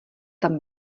tam